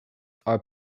are